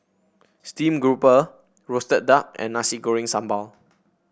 Steamed Garoupa roasted duck and Nasi Goreng Sambal